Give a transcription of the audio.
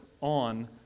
on